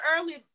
early